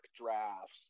drafts